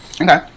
okay